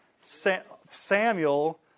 Samuel